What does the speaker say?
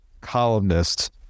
columnists